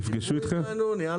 נפגשו איתכם?